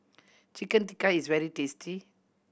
Chicken Tikka is very tasty